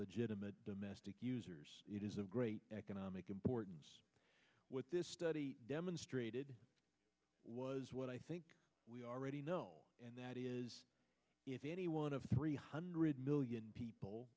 legitimate domestic it is of great economic importance with this study demonstrated was what i think we already know and that is if any one of three hundred million people